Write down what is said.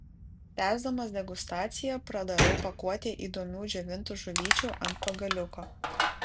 tęsdamas degustaciją pradarau pakuotę įdomių džiovintų žuvyčių ant pagaliuko